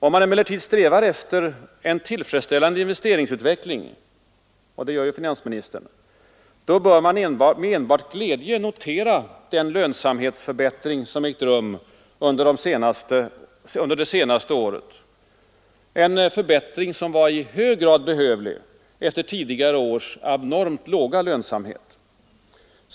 Om man emellertid eftersträvar en tillfredsställande investeringsutveckling — och det gör ju finansministern — bör man med enbart glädje notera den lönsamhetsförbättring som ägt rum under det senaste året, en förbättring som var i hög grad behövlig efter tidigare års abnormt låga lönsamhet.